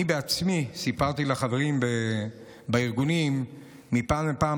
אני בעצמי סיפרתי לחברים בארגונים שאני מפעם לפעם,